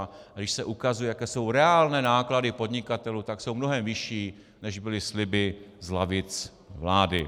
A když se ukazuje, jaké jsou reálné náklady podnikatelů, tak jsou mnohem vyšší, než byly sliby z lavic vlády.